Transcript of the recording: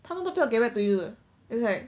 他们都不要 get back to you 的 is like